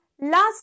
last